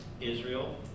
Israel